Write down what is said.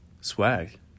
Swag